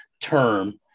term